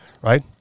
right